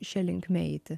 šia linkme eiti